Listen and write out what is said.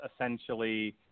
essentially